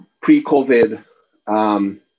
pre-COVID